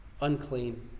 unclean